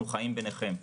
אנחנו חיים ביניכם.